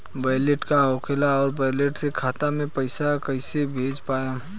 Wallet का होखेला और वैलेट से खाता मे पईसा कइसे भेज पाएम?